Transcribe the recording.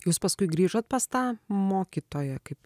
jūs paskui grįžot pas tą mokytoją kaip